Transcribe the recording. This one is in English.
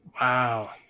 Wow